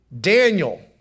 Daniel